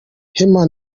heman